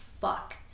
fuck